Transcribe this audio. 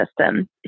system